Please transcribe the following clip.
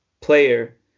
player